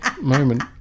moment